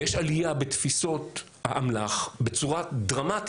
ויש עלייה בתפיסות האמל"ח בצורה דרמטית,